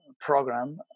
program